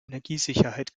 energiesicherheit